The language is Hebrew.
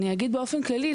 באופן כללי,